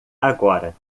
agora